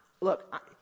Look